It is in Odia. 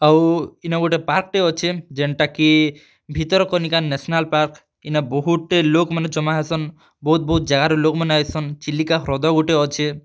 ଆଉ ଇନେ ଗୁଟେ ପାର୍କଟେ ଅଛେ ଯେନ୍ଟାକି ଭିତର୍କନିକା ନେସ୍ନାଲ୍ ପାର୍କ୍ ଇନେ ବହୁତ୍ଟେ ଲୋକ୍ମାନେ ଜମା ହେସନ୍ ବହୁତ୍ ବହୁତ୍ ଜାଗାରେ ଲୋକ୍ମାନେ ଆଏସନ୍ ଚିଲିକା ହ୍ରଦ ଗୁଟେ ଅଛେ